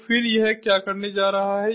तो फिर यह क्या करने जा रहा है